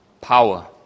power